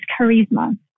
charisma